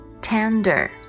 Tender